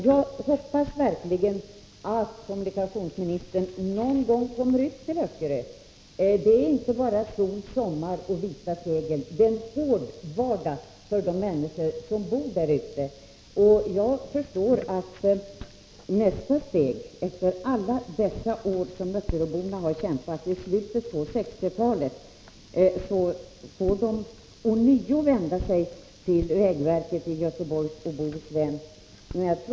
Jag hoppas verkligen att kommunikationsministern någon gång kommer ut till Öckerö. Det är inte bara sol, sommar och vita segel. Det är en hård vardag för de människor som bor där ute. Jag förstår att öckeröborna, efter alla dessa år som de har kämpat sedan slutet av 1960-talet, ånyo får vända sig till vägverket i Göteborgs och Bohus län.